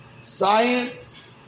science